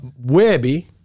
Webby